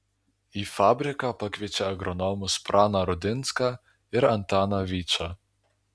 į fabriką pakviečia agronomus praną rudinską ir antaną vyčą